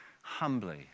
humbly